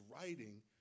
writing